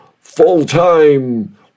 full-time